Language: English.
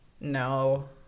No